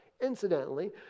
Incidentally